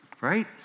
right